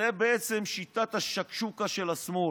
זו בעצם שיטת השקשוקה של השמאל.